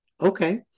Okay